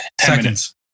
Seconds